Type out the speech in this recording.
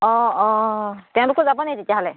অঁ অঁ তেওঁলোকো যাব নেকি তেতিয়াহ'লে